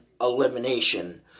elimination